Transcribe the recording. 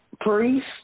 Priest